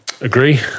Agree